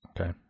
Okay